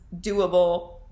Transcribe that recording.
Doable